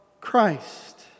Christ